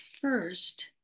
first